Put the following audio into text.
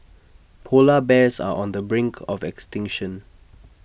Polar Bears are on the brink of extinction